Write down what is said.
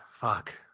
Fuck